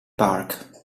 park